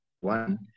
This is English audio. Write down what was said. One